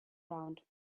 round